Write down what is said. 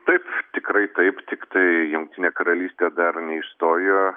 taip tikrai taip tiktai jungtinė karalystė dar neišstojo